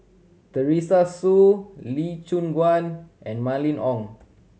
Teresa Hsu Lee Choon Guan and Mylene Ong